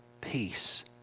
peace